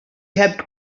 kept